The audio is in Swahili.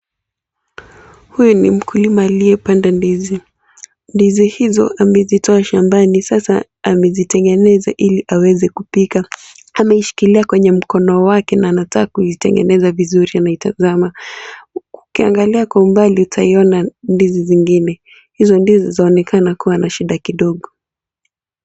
Huyu ni mkulima aliyepanda ndizi . Ndizi hizo amezitoa shambani sasa amezitengeneza ili aweze kupika, ameishikilia kwenye mkono wake na anataka kuzitengeneza vizuri anaitazama . Ukiangalia kwa umbali utaiona ndizi zingine hizo ndizi zaonekana kuwa na shida kidogo.